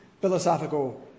philosophical